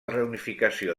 reunificació